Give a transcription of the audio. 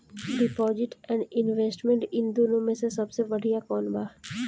Deposit and investment इन दुनो मे से सबसे बड़िया कौन बा?